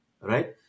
right